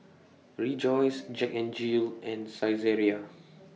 Rejoice Jack N Jill and Saizeriya